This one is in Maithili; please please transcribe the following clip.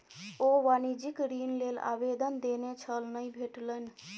ओ वाणिज्यिक ऋण लेल आवेदन देने छल नहि भेटलनि